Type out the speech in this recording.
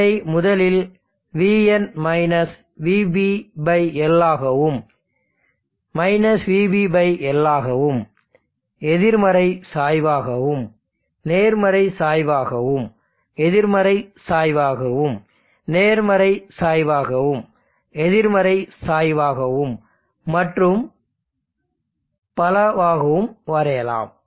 இதை முதலில் vin vBL ஆகவும் vBL ஆகவும் எதிர்மறை சாய்வாகவும் நேர்மறை சாய்வாகவும் எதிர்மறை சாய்வாகவும் நேர்மறை சாய்வாகவும் எதிர்மறை சாய்வாகவும் மற்றும் பலவாகவும் வரையலாம்